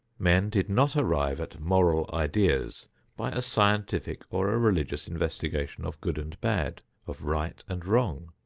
men did not arrive at moral ideas by a scientific or a religious investigation of good and bad, of right and wrong,